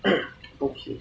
okay